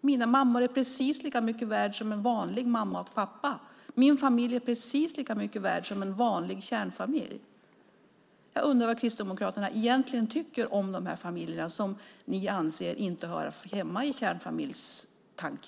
Mina mammor är precis lika mycket värda som en vanlig mamma och pappa. Min familj är precis lika mycket värd som en vanlig kärnfamilj. Jag undrar vad Kristdemokraterna egentligen tycker om dessa familjer som ni anser inte hör hemma i kärnfamiljstanken.